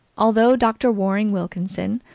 although dr. warring wilkinson,